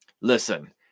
Listen